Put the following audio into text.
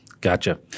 Gotcha